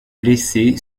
blessé